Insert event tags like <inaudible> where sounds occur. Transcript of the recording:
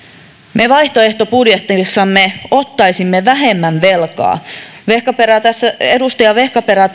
me vaihtoehtobudjetissamme ottaisimme vähemmän velkaa edustaja vehkaperä <unintelligible>